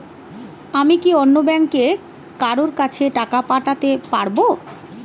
আমি কি অন্য ব্যাংকের কারো কাছে টাকা পাঠাতে পারেব?